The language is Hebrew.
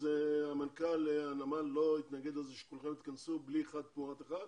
אז מנכ"ל הנמל לא יתנגד לזה שכולכם תיכנסו בלי אחד תמורת אחד,